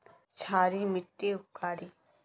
क्षारी मिट्टी उपकारी?